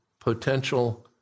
potential